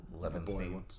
Levinstein